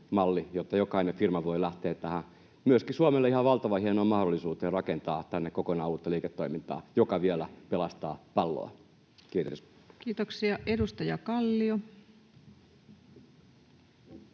jotta jokainen firma voi lähteä tähän myöskin Suomelle ihan valtavan hienoon mahdollisuuteen rakentaa tänne kokonaan uutta liiketoimintaa, joka vielä pelastaa palloa? — Kiitos. Kiitoksia. — Edustaja Kallio.